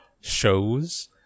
shows